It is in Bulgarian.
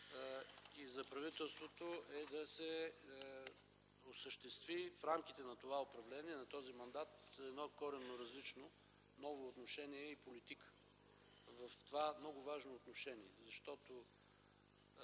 и за правителството е да се осъществи в рамките на това управление, на този мандат едно коренно различно ново отношение и политика, защото не само